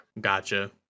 Gotcha